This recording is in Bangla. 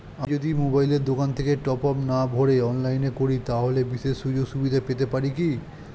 আমি যদি মোবাইলের দোকান থেকে টপআপ না ভরে অনলাইনে করি তাহলে বিশেষ সুযোগসুবিধা পেতে পারি কি?